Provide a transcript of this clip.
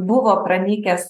buvo pranykęs